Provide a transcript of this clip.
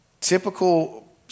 Typical